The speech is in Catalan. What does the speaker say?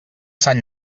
sant